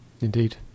indeed